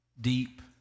deep